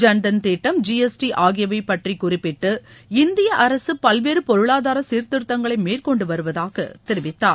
ஜன்தன் திட்டம் ஜிஎஸ்டி ஆகியவைப் பற்றி குறிப்பிட்டு இந்திய அரசு பல்வேறு பொருளாதார சீர்திருத்தங்களை மேற்கொண்டு வருவதாக தெரிவித்தார்